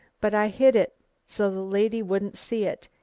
but i hid it so the lady wouldn't see it,